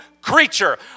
creature